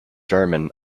german